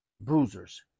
Bruisers